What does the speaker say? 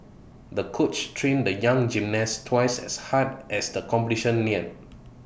the coach trained the young gymnast twice as hard as the competition neared